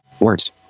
words